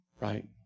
right